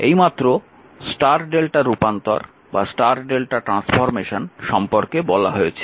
এইমাত্র Y Δ রূপান্তর Y lrmΔ transformation সম্পর্কে বলা হয়েছে